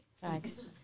Thanks